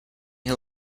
who